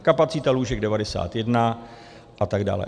Kapacita lůžek 91 atd.